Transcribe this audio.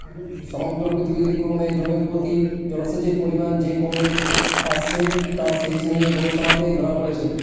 সমগ্র পৃথিবীতে ক্রমে জমিপ্রতি জলসেচের পরিমান যে কমে আসছে তা সেচ নিয়ে গবেষণাতে ধরা পড়েছে